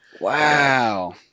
Wow